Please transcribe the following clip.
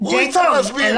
הוא צריך להסביר למה הוא נתן.